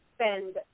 spend